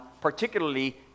particularly